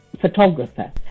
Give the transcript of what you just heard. photographer